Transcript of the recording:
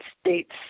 States